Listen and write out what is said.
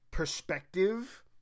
perspective